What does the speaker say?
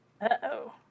Uh-oh